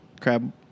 crab